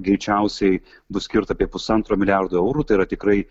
greičiausiai bus skirta apie pusantro milijardo eurų tai yra tikrai